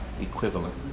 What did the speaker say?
equivalent